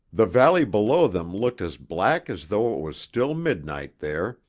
the valley below them looked as black as though it was still midnight there,